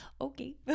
Okay